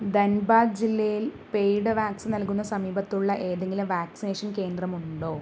ധൻബാദ് ജില്ലയിൽ paid vaccine നൽകുന്ന സമീപത്തുള്ള ഏതെങ്കിലും വാക്സിനേഷൻ കേന്ദ്രമുണ്ടോ